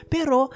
Pero